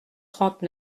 trente